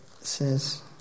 says